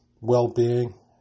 well-being